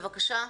בבקשה.